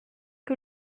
que